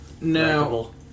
No